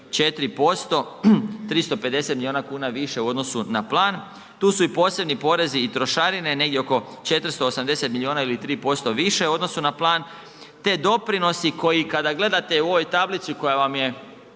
4%, 350 milijuna kuna više u odnosu na plan. Tu su i posebni porezi i trošarine, negdje oko 480 milijuna ili 3% više u odnosu na plan te doprinosi koji kada gledate u ovoj tablici koja vam je